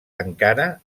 encara